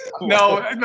No